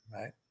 right